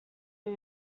new